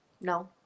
No